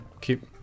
keep